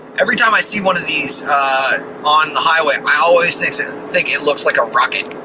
every time i see one of these on the highway, i always think it looks like a rocket.